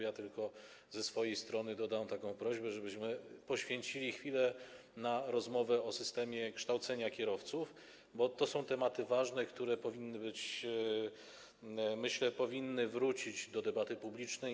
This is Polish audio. Ja tylko ze swojej strony mam taką prośbę, żebyśmy poświęcili chwilę na rozmowę o systemie kształcenia kierowców, bo to są tematy ważne, które powinny, jak myślę, wrócić do debaty publicznej.